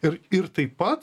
ir ir taip pat